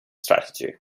strategy